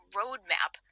roadmap